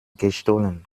gestohlen